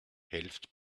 helft